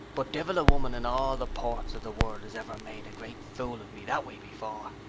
but divil a woman in all the ports of the world has iver made a great fool of me that way before!